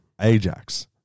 Ajax